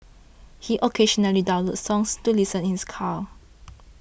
he occasionally downloads songs to listen in his car